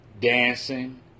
dancing